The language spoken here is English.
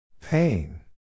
Pain